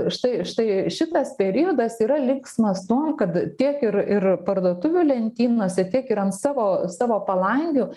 štai štai šitas periodas yra linksmas tuo kad tiek ir ir parduotuvių lentynose tiek ir ant savo savo palangių